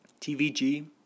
TVG